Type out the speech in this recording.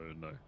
no